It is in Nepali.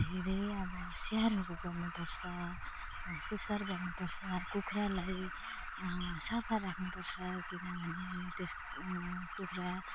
धेरै अब स्याहारहरू गर्नु पर्छ र सुसार गर्नु पर्छ कुखुरालाई सफा राख्नु पर्छ किनभने त्यसको कुखुरा